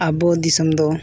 ᱟᱵᱚ ᱫᱤᱥᱚᱢ ᱫᱚ